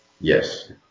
Yes